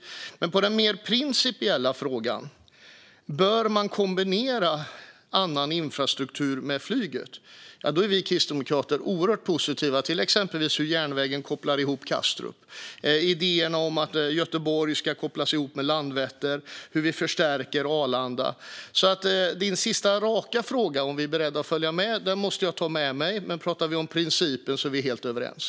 Men när det gäller den mer principiella frågan om man bör kombinera annan infrastruktur med flyget är vi kristdemokrater oerhört positiva exempelvis till hur järnvägen kopplar ihop med Kastrup, till idéerna om att Göteborg ska kopplas ihop med Landvetter och till hur vi förstärker Arlanda. Din sista raka fråga som gäller om vi är beredda att följa med måste jag alltså ta med mig, men när det gäller principen är vi helt överens.